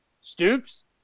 Stoops